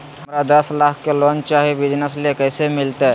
हमरा दस लाख के लोन चाही बिजनस ले, कैसे मिलते?